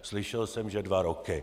Slyšel jsem že dva roky.